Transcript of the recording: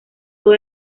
todo